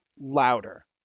louder